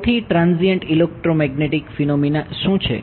સૌથી transient electromagnetic phenomena શું છે